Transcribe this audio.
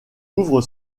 ouvre